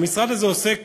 המשרד הזה עוסק,